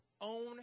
own